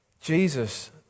Jesus